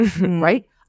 right